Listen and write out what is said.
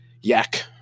yak